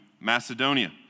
Macedonia